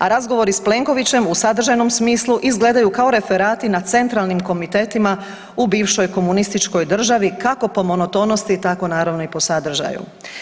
A razgovori s Plenkovićem u sadržajnom smislu izgledaju kao referati na centralnim komitetima u bivšoj komunističkoj državi kako po monotonosti, tako naravno i po sadržaju.